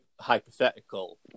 hypothetical